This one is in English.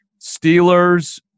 Steelers